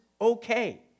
okay